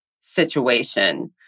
situation